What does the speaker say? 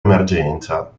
emergenza